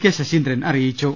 K Saseendran അറിയിച്ചു